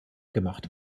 gemacht